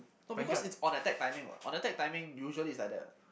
no because it's on attack timing what on attack timing usually it's like that